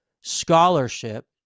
scholarship